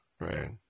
Right